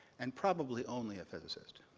and probably only a physicist.